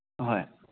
ꯑꯍꯣꯏ